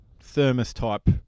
thermos-type